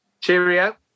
Cheerio